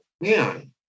man